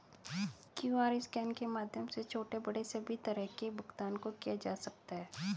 QR scan के माध्यम से छोटे बड़े सभी तरह के भुगतान को किया जा सकता है